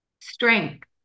strength